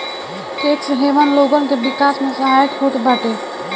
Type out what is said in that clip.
tax haven लोगन के विकास में सहायक होत बाटे